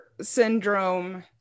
syndrome